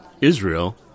Israel